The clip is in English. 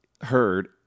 heard